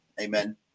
Amen